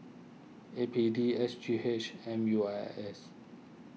A P D S G H M U I S